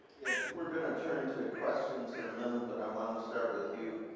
yeah, we're going to turn to questions in a minute. but i um wanna start with you.